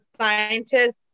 scientists